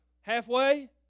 halfway